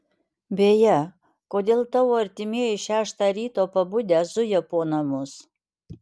beje kodėl tavo artimieji šeštą ryto pabudę zuja po namus